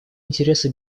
интересы